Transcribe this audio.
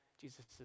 Jesus